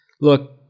look